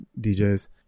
DJs